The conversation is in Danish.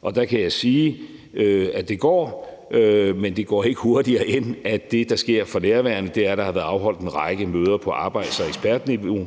Og der kan jeg sige, at det går, men det går ikke hurtigere, end at det, der sker for nærværende, er, at der har været afholdt en række møder på arbejds- og ekspertniveau,